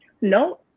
No